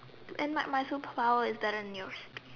and and my so power is never knew